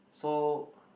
so